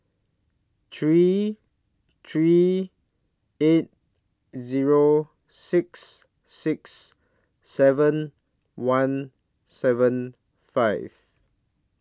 three three eight Zero six six seven one seven five